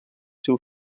seu